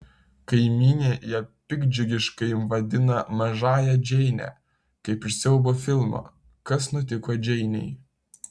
kaimynė ją piktdžiugiškai vadina mažąja džeine kaip iš siaubo filmo kas nutiko džeinei